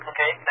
Okay